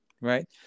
Right